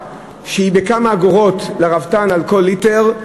שהיא בכמה אגורות לרפתן על כל ליטר,